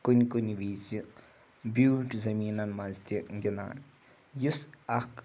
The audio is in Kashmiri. کُنہِ کُنہِ وِزِ بیوٗٹۍ زٔمیٖنَن منٛز تہِ گِنٛدان یُس اَکھ